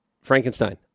Frankenstein